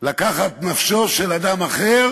לקחת נפשו של אדם אחר